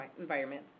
environment